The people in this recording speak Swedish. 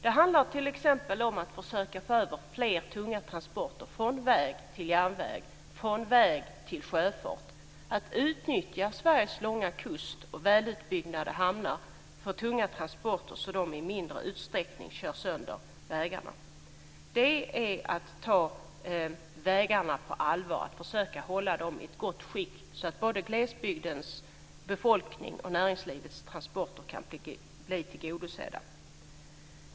Det handlar t.ex. om att försöka få över fler tunga transporter från väg till järnväg och från väg till sjöfart. Det handlar om att utnyttja Sveriges långa kust och välutbyggda hamnar för tunga transporter, så att de i mindre utsträckning kör sönder vägarna. Det är att ta problemet med vägarna på allvar, att försöka hålla dem i ett gott skick, så att behoven när det gäller både glesbygdens befolkning och näringslivets transporter kan bli tillgodosedda.